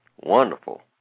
Wonderful